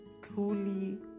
truly